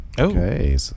Okay